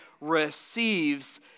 receives